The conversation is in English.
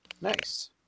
Nice